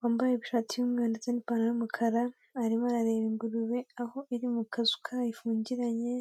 wambaye ishati y'umweru ndetse n'ipantaro y'umukara, arimo arareba ingurube, aho iri mu kazu kayo ifungiranye.